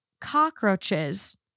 cockroaches